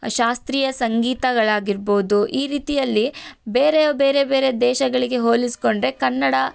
ಶಾಸ್ತ್ರೀಯ ಸಂಗೀತಗಳಾಗಿರ್ಬೋದು ಈ ರೀತಿಯಲ್ಲಿ ಬೇರೆ ಬೇರೆ ಬೇರೆ ದೇಶಗಳಿಗೆ ಹೋಲಿಸಿಕೊಂಡ್ರೆ ಕನ್ನಡ